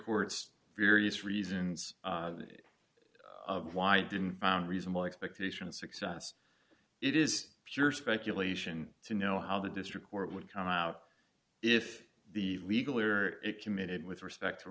court's various reasons why didn't found reasonable expectation of success it is pure speculation to know how the district court would come out if the legal or it committed with respect to